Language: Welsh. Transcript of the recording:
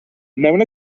mewn